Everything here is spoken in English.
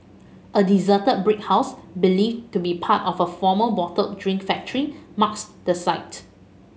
a deserted brick house believed to be part of a former bottled drink factory marks the site